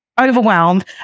overwhelmed